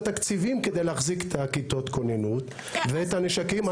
התקציבים כדי להחזיק את כיתות הכוננות ואת הנשקים,